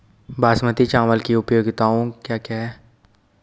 बासमती चावल की उपयोगिताओं क्या क्या हैं?